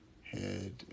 Head